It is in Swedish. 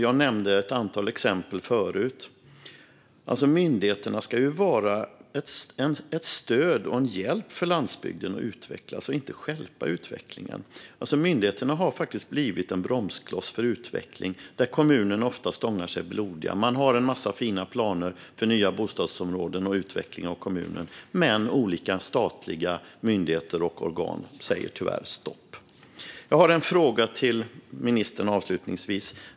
Jag nämnde ett antal exempel förut. Myndigheterna ska ju vara ett stöd och en hjälp för landsbygden att utvecklas. De ska inte stjälpa utvecklingen. Myndigheterna har faktiskt blivit en bromskloss för utveckling, där kommunerna ofta stångar sig blodiga. Kommunerna har en massa fina planer för nya bostadsområden och för utveckling av kommunerna, men olika statliga myndigheter och organ säger tyvärr stopp. Jag har avslutningsvis en fråga till ministern.